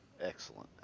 excellent